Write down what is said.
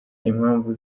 impamvu